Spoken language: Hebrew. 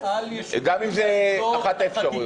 גם אם זו אחת האפשרויות.